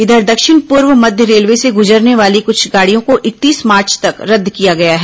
इधर दक्षिण पूर्व मध्य रेलवे से गुजरने वाली कुछ गाड़ियों को इकतीस मार्च तक रद्द किया गया है